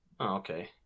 okay